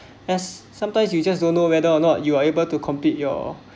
as sometimes you just don't know whether or not you are able to complete your